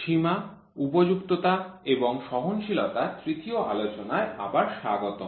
সীমা উপযুক্ততা এবং সহনশীলতা র তৃতীয় আলোচনায় আবার স্বাগতম